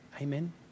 Amen